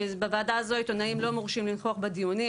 בוועדה הזאת עיתונאים לא מורשים לנכוח בדיונים,